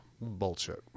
bullshit